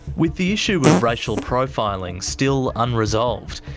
with the issue of racial profiling still unresolved,